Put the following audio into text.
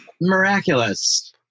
miraculous